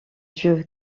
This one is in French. dieu